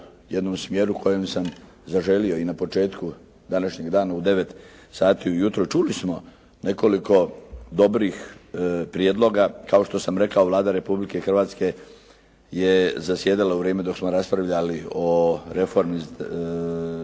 jednom smjeru koji sam zaželio i na početku današnjeg dana u 9 sati ujutro čuli smo nekoliko dobrih prijedloga. Kao što sam rekao Vlada Republike Hrvatske je zasjedala u vrijeme dok smo raspravljali o reformi